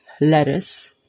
lettuce